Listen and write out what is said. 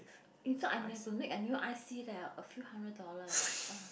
if not I got make a new I_C leh a few hundred dollars leh !wah!